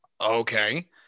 okay